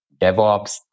DevOps